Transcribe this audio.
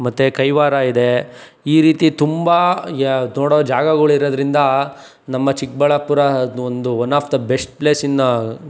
ಮತ್ತು ಕೈವಾರ ಇದೆ ಈ ರೀತಿ ತುಂಬ ಯ ನೋಡೋ ಜಾಗಗಳಿರೋದ್ರಿಂದ ನಮ್ಮ ಚಿಕ್ಕಬಳ್ಳಾಪುರ ಒಂದು one of the best place ಇನ್ನ